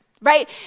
right